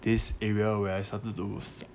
this area where I started to